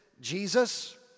Jesus